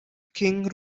king